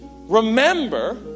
Remember